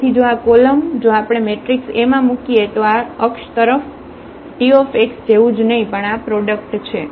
તેથી જો આ કોલમ જો આપણે આ મેટ્રિક્સ A માં મૂકીએ તો આ અક્ષ ફક્ત Tx જેવું જ નહીં પણ આ પ્રોડક્ટ છે